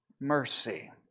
mercy